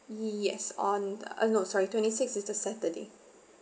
yes on the uh no sorry twenty six is the saturday